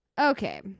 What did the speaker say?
Okay